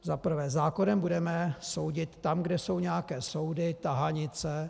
Za prvé, zákonem budeme soudit tam, kde jsou nějaké soudy, tahanice.